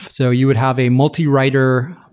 so you would have a multi-writer,